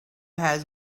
had